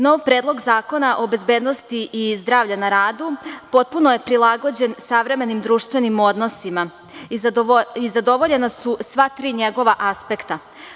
Nov Predlog zakona o bezbednosti i zdravlja na radu potpuno je prilagođen savremenim društvenim odnosima i zadovoljena su sva tri njegova aspekta.